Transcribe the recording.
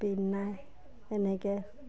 PAN নাই এনেকৈ